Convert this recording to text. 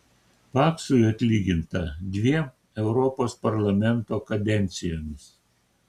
paksui atlyginta dviem europos parlamento kadencijomis